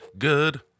Good